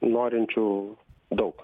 norinčių daug